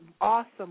awesome